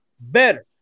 better